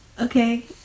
Okay